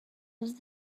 was